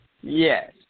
Yes